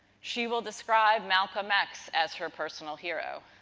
she will describe malcolm x as her personal hero.